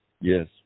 Yes